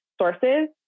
sources